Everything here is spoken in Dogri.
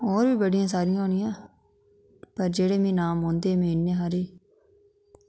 होर बी बड़ियां सारियां होनियां पर जेह्ड़े मिगी नाम औंदे में उन्ने हारे